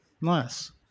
Nice